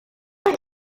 est